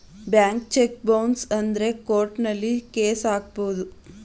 bank cheque bounce ಆದ್ರೆ ಕೋರ್ಟಲ್ಲಿ case ಹಾಕಬಹುದು